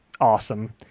awesome